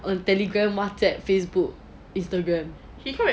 on Telegram Whatsapp Facebook Instagram